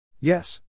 Yes